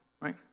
right